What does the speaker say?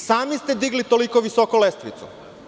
Sami ste digli toliko visoko lestvicu.